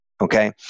okay